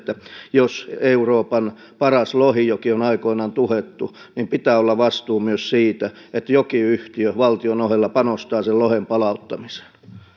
jos euroopan paras lohijoki on aikoinaan tuhottu niin pitää olla vastuu myös siitä että jokiyhtiö valtion ohella panostaa sen lohen palauttamiseen